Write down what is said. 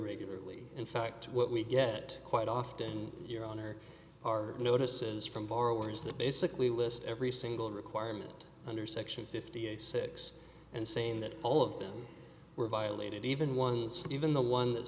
regularly in fact what we get quite often your honor are notices from borrowers that basically list every single requirement under section fifty eight six and saying that all of them were violated even ones even the one that